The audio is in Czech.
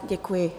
Děkuji.